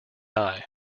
eye